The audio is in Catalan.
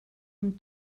amb